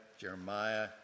jeremiah